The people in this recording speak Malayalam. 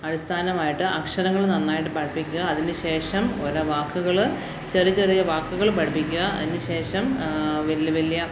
അടിസ്ഥാനമായിട്ട് അക്ഷരങ്ങള് നന്നായിട്ട് പഠിപ്പിക്കുക അതിന് ശേഷം ഓരോ വാക്കുകള് ചെറിയ ചെറിയ വാക്കുകൾ പഠിപ്പിക്കുക അതിന് ശേഷം വലിയ വലിയ